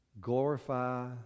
Glorify